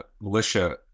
militia